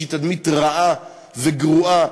שהיא תדמית רעה וגרועה,